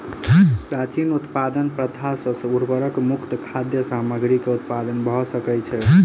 प्राचीन उत्पादन प्रथा सॅ उर्वरक मुक्त खाद्य सामग्री के उत्पादन भ सकै छै